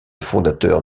fondateur